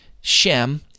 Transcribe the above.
Shem